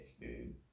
dude